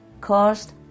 caused